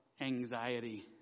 anxiety